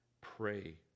Pray